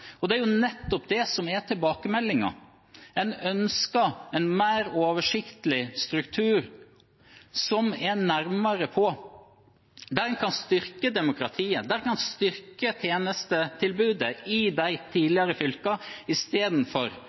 Det er jo nettopp det som er tilbakemeldingen. En ønsker en mer oversiktlig struktur som er nærmere på, der en kan styrke demokratiet, der en kan styrke tjenestetilbudet i de tidligere fylkene,